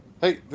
hey